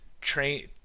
train